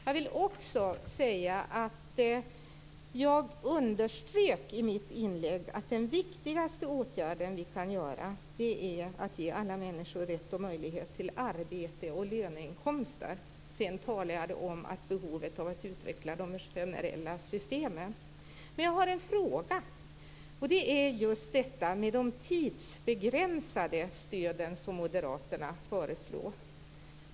Jag vill också säga att jag i mitt inlägg underströk att den viktigaste åtgärd vi kan vidta är att ge alla människor rätt och möjlighet till arbete och löneinkomster. Sedan talade jag om behovet av att utveckla de generella systemen. Jag har en fråga. Det gäller just de tidsbegränsade stöd som moderaterna föreslår.